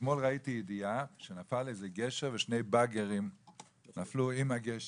אתמול ראיתי ידיעה שנפל איזה גשר ושני באגרים נפלו עם הגשר,